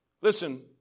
Listen